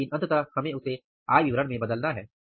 लेकिन अंततः हमें उसे आय विवरण में बदलना है